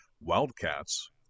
Wildcats